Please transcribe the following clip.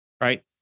right